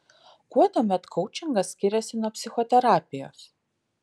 kuo tuomet koučingas skiriasi nuo psichoterapijos